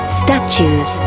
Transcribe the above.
statues